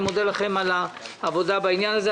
אני מודה לכם על העבודה בעניין הזה.